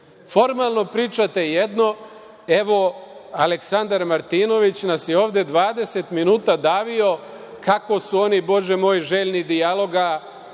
Formalno pričate jedno. Evo, Aleksandar Martinović nas je ovde 20 minuta davio kako su oni, Bože moj, željni dijaloga,